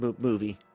movie